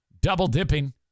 Double-dipping